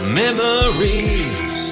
memories